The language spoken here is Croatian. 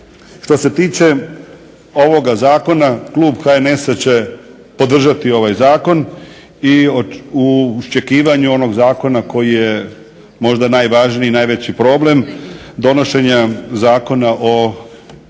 Što se tiče ovoga zakona klub HNS-a će podržati ovaj zakon i u iščekivanju onog zakona koji je možda najvažniji i najveći problem donošenja Zakona o